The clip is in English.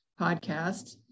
podcast